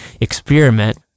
experiment